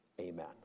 Amen